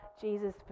Jesus